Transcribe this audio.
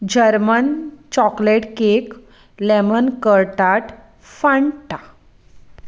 German chocolate cake lemon करटाट Fanta